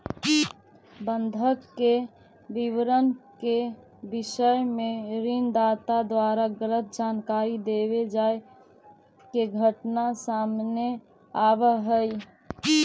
बंधक के विवरण के विषय में ऋण दाता द्वारा गलत जानकारी देवे जाए के घटना सामने आवऽ हइ